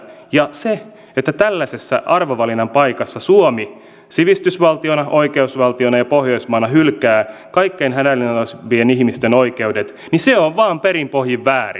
ja se että tällaisessa arvovalinnan paikassa suomi sivistysvaltiona oikeusvaltiona ja pohjoismaana hylkää kaikkein hädänalaisimpien ihmisten oikeudet se on vain perin pohjin väärin